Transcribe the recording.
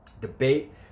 debate